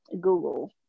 Google